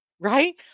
right